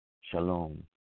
Shalom